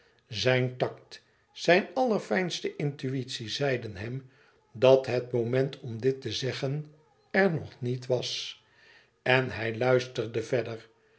zijn tact zijn allerfijnste intuïtie zeiden hem dat het moment om dit te zeggen er nog niet was en hij luisterde verder